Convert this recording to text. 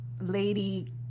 Lady